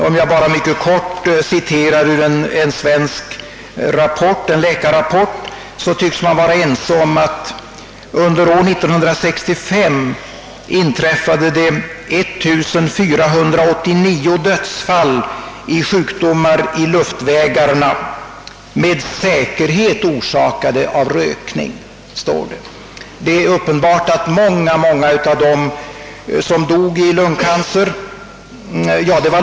Låt mig bara mycket kortfattat återge några uppgifter ur en svensk läkarrapport. Man tycks vara ense om att under år 1965 inträffade 1489 dödsfall på grund av sjukdomar i luftvägarna, som »med säkerhet var orsakade av rökning». Det gäller här lungkancer, bronkit och lungemfysem.